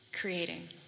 creating